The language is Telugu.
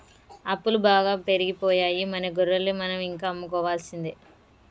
అప్పులు బాగా పెరిగిపోయాయి మన గొర్రెలు మనం ఇంకా అమ్ముకోవాల్సిందే